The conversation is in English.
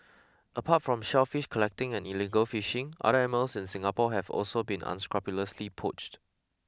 apart from shellfish collecting and illegal fishing other animals in Singapore have also been unscrupulously poached